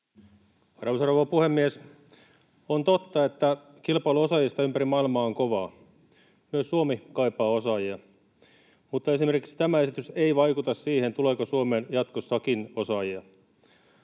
Arvoisa rouva puhemies! On totta, että kilpailu osaajista ympäri maailmaa on kovaa. Myös Suomi kaipaa osaajia, mutta esimerkiksi tämä esitys ei vaikuta siihen, tuleeko Suomeen jatkossakin osaajia.